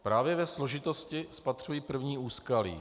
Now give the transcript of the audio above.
Právě ve složitosti spatřuji první úskalí.